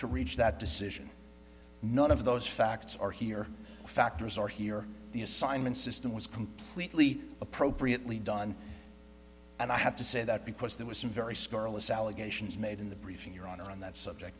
to reach that decision none of those facts are here factors or here the assignment system was completely appropriately done and i have to say that because there were some very scurrilous allegations made in the briefing here on that subject